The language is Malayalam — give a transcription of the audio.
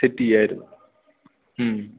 സെറ്റ് ചെയ്യാമായിരുന്നു മ്മ്